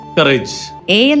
Courage